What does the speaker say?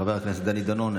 חבר הכנסת דני דנון,